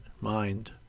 mind